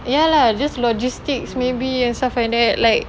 ya lah just logistics maybe and stuff like that like